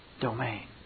domain